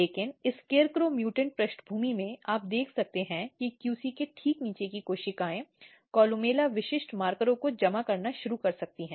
लेकिन scarecrow mutant पृष्ठभूमि में आप देख सकते हैं कि QC के ठीक नीचे की कोशिकाएं कोलुमेला विशिष्ट मार्करों को जमा करना शुरू कर सकती हैं